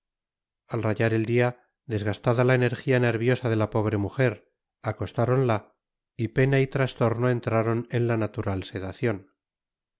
al rayar el día desgastada la energía nerviosa de la pobre mujer acostáronla y pena y trastorno entraron en la natural sedación